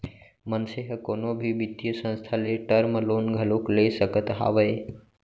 मनसे ह कोनो भी बित्तीय संस्था ले टर्म लोन घलोक ले सकत हावय